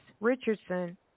Richardson